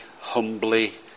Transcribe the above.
humbly